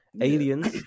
Aliens